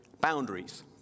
Boundaries